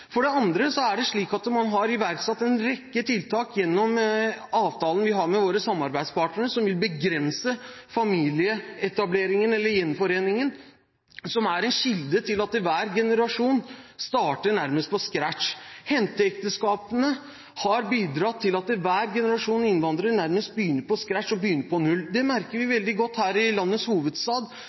For det andre er det slik at man har iverksatt en rekke tiltak gjennom avtalen vi har med våre samarbeidspartnere, som vil begrense familieetableringen eller gjenforeningen, som er en kilde til at hver generasjon starter nærmest på scratch. Henteekteskapene har bidratt til at hver generasjon innvandrere nærmest begynner på scratch, begynner på null. Det merker vi veldig godt her i landets hovedstad,